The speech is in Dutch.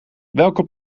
welke